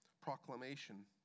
proclamation